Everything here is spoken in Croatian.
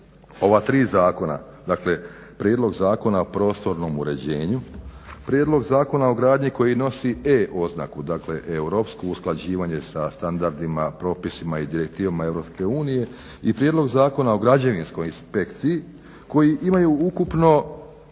ova tri zakona, dakle Prijedlog zakona o prostornom uređenju, Prijedlog zakona o gradnji koji nosi E oznaku dakle europsko usklađivanje sa standardima, propisima i direktivama Europske unije i Prijedlog zakona o građevinskoj inspekciji koji imaju ukupno